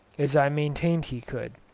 as i maintained he could,